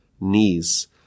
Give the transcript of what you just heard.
knees